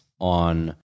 on